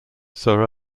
sir